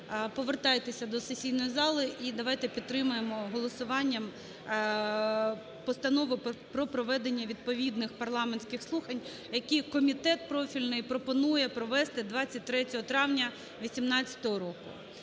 повертайтеся до сесійної зали і давайте підтримаємо голосуванням постанову про проведення відповідних парламентських слухань, які комітет профільний пропонує провести 23 травня 18 року.